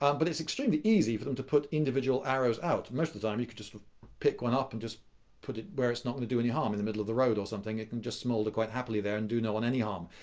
um but it's extremely easy for them to put individual arrows out. most of the time you could just pick one up and just put it where it's not going to do any harm, in the middle of the road or something. it can just smoulder quite happily there and do no one any harm.